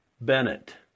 Bennett